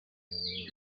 ujyanye